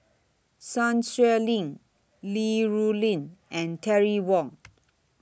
Sun Xueling Li Rulin and Terry Wong